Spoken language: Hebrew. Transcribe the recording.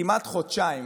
כמעט חודשיים